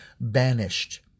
banished